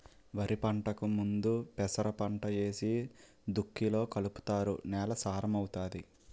వరిపంటకు ముందు పెసరపంట ఏసి దుక్కిలో కలుపుతారు నేల సారం అవుతాది